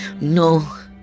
No